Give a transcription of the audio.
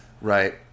Right